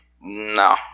No